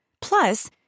Plus